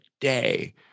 day